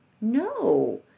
no